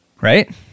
Right